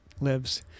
lives